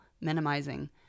minimizing